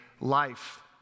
life